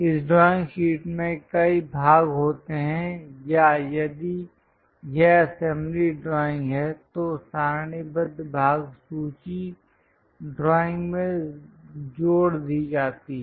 यदि ड्राइंग में कई भाग होते हैं या यदि यह असेंबली ड्राइंग है तो सारणीबद्ध भाग सूची ड्राइंग में जोड़ दी जाती है